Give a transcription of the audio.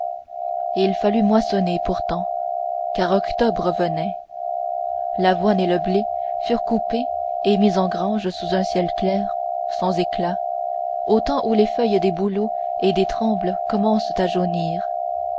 il fallut moissonner pourtant car octobre venait l'avoine et le blé furent coupés et mis en grange sous un ciel clair sans éclat au temps où les feuilles des bouleaux et des trembles commencent à jaunir